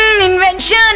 Invention